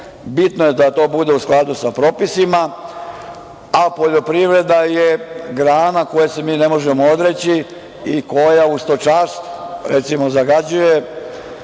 Bitno je da to bude u skladu sa propisima, a poljoprivreda je grana koje se mi ne možemo odreći i koja u stočarstvu, recimo, zagađuje